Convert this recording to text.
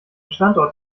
standort